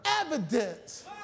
evidence